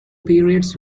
periods